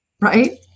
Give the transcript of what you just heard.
right